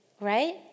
right